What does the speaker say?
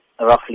roughly